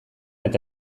eta